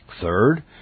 Third